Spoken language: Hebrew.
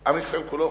עם ישראל כולו